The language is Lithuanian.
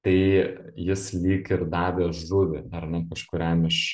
tai jis lyg ir davė žuvį ar ne kažkuriam iš